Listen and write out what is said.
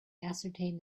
ascertain